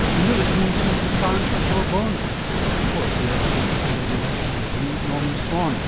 and you're listening to the sound for sore bones the health report here on abc radio national with me norman swan.